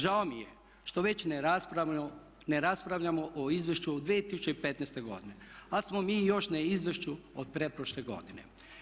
Žeo mi je što već ne raspravljamo o izvješću 2015. godine ali smo mi još na izvješću od pretprošle godine.